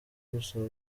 gusaba